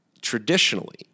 traditionally